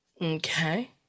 Okay